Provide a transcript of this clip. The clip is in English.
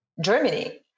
Germany